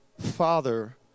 father